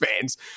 fans